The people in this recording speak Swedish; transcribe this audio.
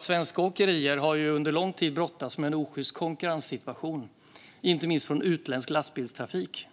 Svenska åkerier har under lång tid brottats med en osjyst konkurrenssituation, inte minst från utländsk lastbilstrafik.